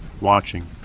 watching